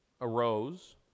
arose